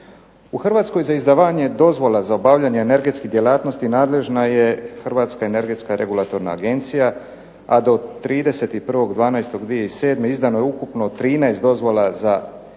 U Hrvatskoj za izdavanje dozvola za obavljanje energetskih djelatnosti nadležna je Hrvatska energetska regulatorna agencija, a do 31.12.2007. izdano je ukupno 13 dozvola za